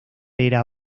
era